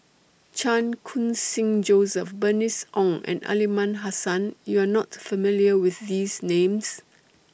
Chan Khun Sing Joseph Bernice Ong and Aliman Hassan YOU Are not familiar with These Names